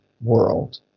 world